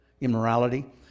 immorality